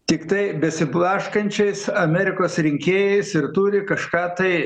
tiktai besiblaškančiais amerikos rinkėjais ir turi kažką tai